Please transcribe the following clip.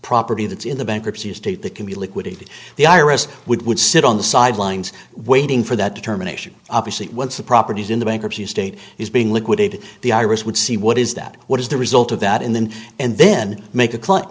property that's in the bankruptcy estate that can be liquidated the iris would sit on the sidelines waiting for that determination obviously once the properties in the bankruptcy estate is being liquidated the iris would see what is that what is the result of that in them and then make a cl